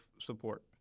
support